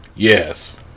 yes